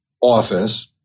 office